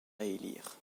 élire